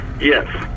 Yes